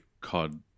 COD